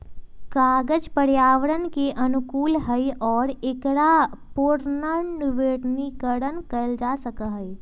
कागज पर्यावरण के अनुकूल हई और एकरा पुनर्नवीनीकरण कइल जा सका हई